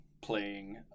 playing